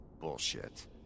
Bullshit